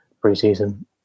pre-season